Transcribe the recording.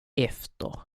efter